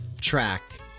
track